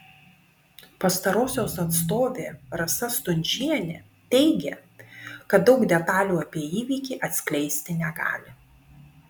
pastarosios atstovė rasa stundžienė teigė kad daug detalių apie įvykį atskleisti negali